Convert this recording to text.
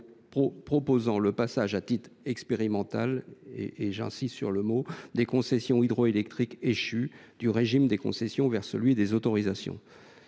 permet le passage à titre expérimental – j’insiste sur ce mot – des concessions hydroélectriques échues du régime des concessions vers celui des autorisations.